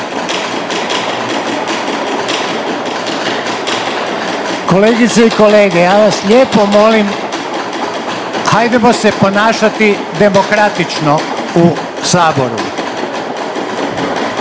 Kolegice i kolege, ja vas lijepo molim, hajdemo se ponašati demokratično u Saboru.